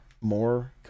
more